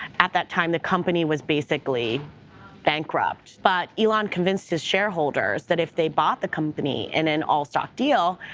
at that time the company was basically bankrupt, but elon convinced his shareholders that if they bought the company in and an all stock deal,